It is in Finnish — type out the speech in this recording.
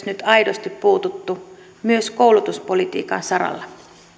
nyt aidosti puututtu myös koulutuspolitiikan saralla